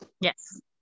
Yes